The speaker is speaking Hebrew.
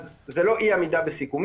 אז זה לא אי עמידה בסיכומים,